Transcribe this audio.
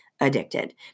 Addicted